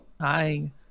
hi